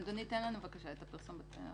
אדוני, תן לנו בבקשה את הפרסום.